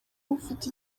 ufite